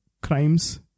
crimes